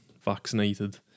vaccinated